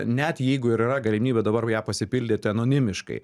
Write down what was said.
net jeigu ir yra galimybė dabar ją pasipildyti anonimiškai